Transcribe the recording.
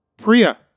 Priya